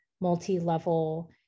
multi-level